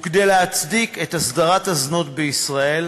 וכדי להצדיק את הסדרת הזנות בישראל,